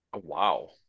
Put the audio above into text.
Wow